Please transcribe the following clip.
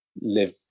live